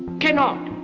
cannot,